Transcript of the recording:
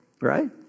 right